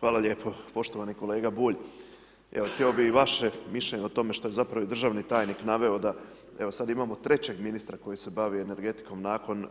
Hvala lijepo, poštovani kolega Bulj, evo htjeo bih i vaše mišljenje o tome što je zapravo i državni tajnik naveo da evo sad imamo trećeg ministra koji se bavi energetikom nakon